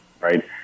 right